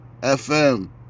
FM